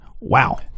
Wow